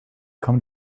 come